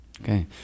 Okay